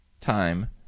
time